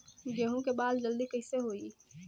गेहूँ के बाल जल्दी कईसे होई?